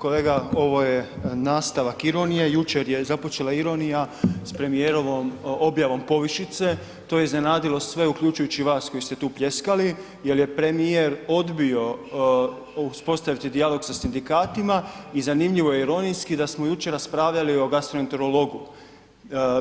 Kolega, ovo je nastavak ironije, jučer je započela ironija s premijerovom objavom povišice, to je iznenadilo sve, uključujući i vas koji ste tu pljeskali jer je premijer odbio uspostaviti dijalog sa sindikatima i zanimljivo i ironijski da smo jučer raspravljali o gastroenterologu,